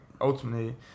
ultimately